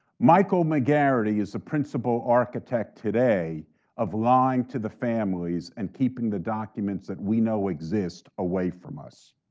michael mcgarrity is a principal architect today of lying to the families and keeping the documents that we know exist away from us.